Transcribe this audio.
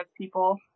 people